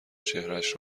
چهرهاش